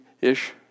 ish